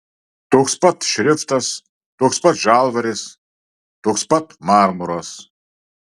toks pat šriftas toks pat žalvaris toks pat marmuras